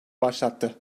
başlattı